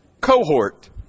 cohort